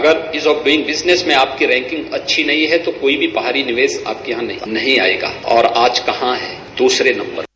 अगर ease of business में आपकी रैकिंग अच्छी नहीं है तो कोई भी बाहरी निवेश आपके यहां नहीं आयेगा और आज कहा है दूसरे नम्बर पर